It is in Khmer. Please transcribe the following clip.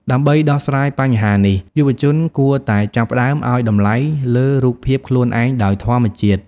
ដើម្បីដោះស្រាយបញ្ហានេះ យុវជនគួរតែចាប់ផ្ដើមឱ្យតម្លៃលើរូបភាពខ្លួនឯងដោយធម្មជាតិ។